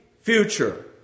future